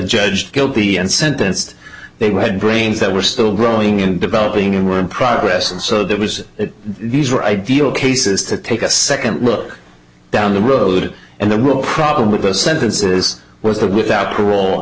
judge guilty and sentenced they were had brains that were still growing and developing and were in progress and so there was these were ideal cases to take a second look down the road and the real problem with the sentences was that without parole